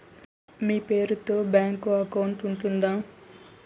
మీ పేరు తో bank account ఉందా?